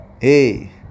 Hey